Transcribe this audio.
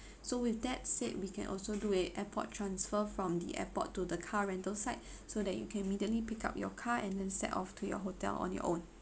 so with that said we can also do a airport transfer from the airport to the car rental side so that you can immediately pick up your car and then set off to your hotel on your own